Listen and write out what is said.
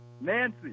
Nancy